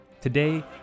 Today